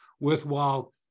worthwhile